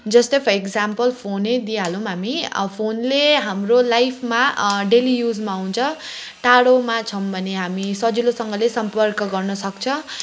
जस्तो for example फोनै दिइहालौँ हामी फोनले हाम्रो लाइफमा डेली युजमा हुन्छ टाढोमा छौँ भने हामी सजिलोसँगले सम्पर्क गर्नसक्छौँ